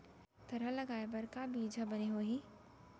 थरहा लगाए बर का बीज हा बने होही?